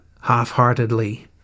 half-heartedly